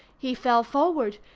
he fell forward,